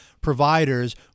providers